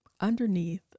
underneath